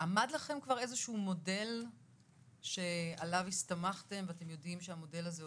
עמד לכם כבר איזה שהוא מודל שעליו הסתמכתם ואתם יודעים שהמודל הזה עובד?